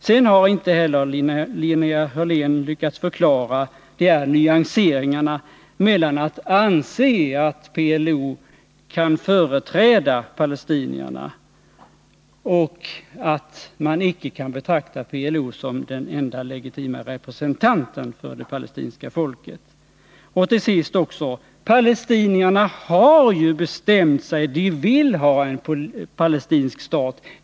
Linnea Hörlén har inte heller lyckats förklara nyanserna mellan att anse att PLO kan företräda palestinierna och att man icke kan betrakta PLO som den enda legitima representanten för det palestinska folket. Tillsist: Palestinierna har ju bestämt sig. De vill ha en palestinsk stat.